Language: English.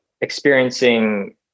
experiencing